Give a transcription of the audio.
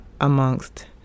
amongst